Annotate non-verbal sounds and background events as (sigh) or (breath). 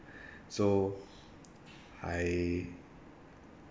(breath) so I